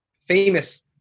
famous